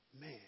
man